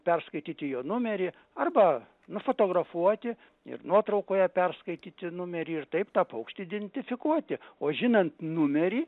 perskaityti jo numerį arba nufotografuoti ir nuotraukoje perskaityti numerį ir taip tą paukštį identifikuoti o žinant numerį